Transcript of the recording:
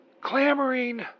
clamoring